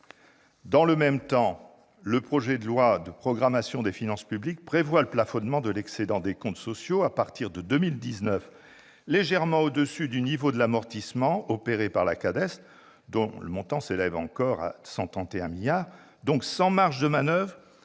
Dans le même temps, le projet de loi de programmation des finances publiques prévoit le plafonnement de l'excédent des comptes sociaux à partir de 2019, légèrement au-dessus du niveau de l'amortissement opéré par la CADES, dont le montant s'élève encore à 131 milliards d'euros. Ainsi